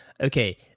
okay